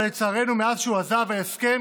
אבל לצערנו מאז שהוא עזב ההסכם